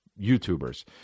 YouTubers